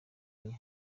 oya